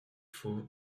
fauves